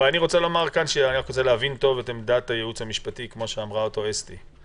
אני רוצה להבין היטב את עמדת הייעוץ המשפטי כפי שאמרה אסתי ורהפטיג.